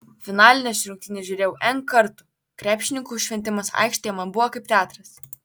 finalines rungtynes žiūrėjau n kartų krepšininkų šventimas aikštėje man buvo kaip teatras